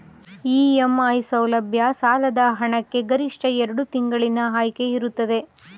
EMI ಸೌಲಭ್ಯ ಸಾಲದ ಹಣಕ್ಕೆ ಗರಿಷ್ಠ ಎಷ್ಟು ತಿಂಗಳಿನ ಆಯ್ಕೆ ಇರುತ್ತದೆ?